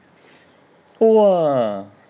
!wah!